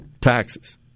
taxes